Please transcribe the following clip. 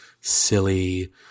silly